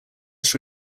its